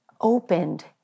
opened